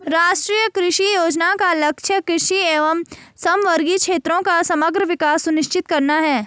राष्ट्रीय कृषि योजना का लक्ष्य कृषि एवं समवर्गी क्षेत्रों का समग्र विकास सुनिश्चित करना है